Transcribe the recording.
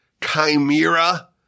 chimera